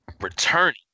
returning